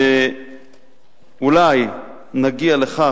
ואולי נגיע לכך,